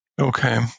Okay